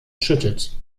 schüttet